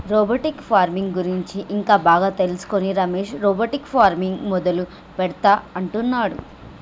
robotic farming గురించి ఇంకా బాగా తెలుసుకొని రమేష్ రోబోటిక్ ఫార్మింగ్ మొదలు పెడుతా అంటున్నాడు